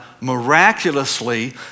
miraculously